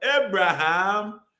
Abraham